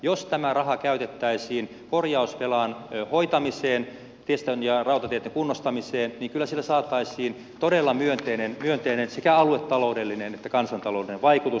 jos tämä raha käytettäisiin korjausvelan hoitamiseen tiestön ja rautateitten kunnostamiseen niin kyllä sillä saataisiin todella myönteinen sekä aluetaloudellinen että kansantaloudellinen vaikutus